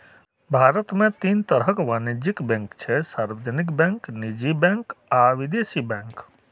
भारत मे तीन तरहक वाणिज्यिक बैंक छै, सार्वजनिक बैंक, निजी बैंक आ विदेशी बैंक